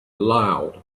loud